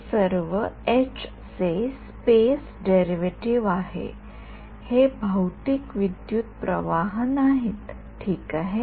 हे सर्व चे स्पेस डेरिव्हेटीव्ह आहे हे भौतिक विद्युतप्रवाह नाही ठीक आहे